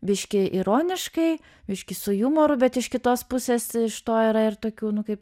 biškį ironiškai biškį su jumoru bet iš kitos pusės iš to yra ir tokių nu kaip